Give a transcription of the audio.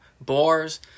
bars